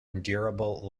endurable